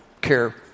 care